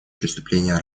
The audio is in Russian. преступления